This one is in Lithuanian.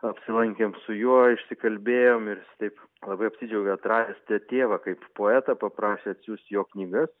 apsilankėm su juo išsikalbėjom ir taip labai apsidžiaugė atradęs tė tėvą kaip poetą paprašė atsiųst jo knygas